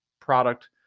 product